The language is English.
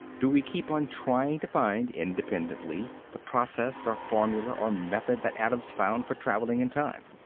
do we keep on trying to find, independently, the process or formula or method that adams found for traveling in time?